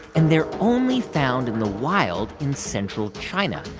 and they're only found in the wild in central china.